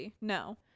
No